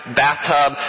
bathtub